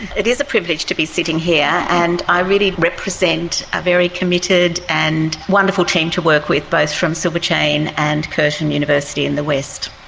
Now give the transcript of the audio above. it is a privilege to be sitting here, and i really represent a very committed and wonderful team to work with, both from silver chain and curtin university in the west.